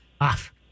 off